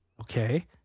Okay